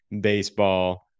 baseball